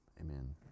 amen